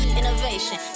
innovation